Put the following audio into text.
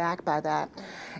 aback by that